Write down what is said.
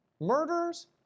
Murderers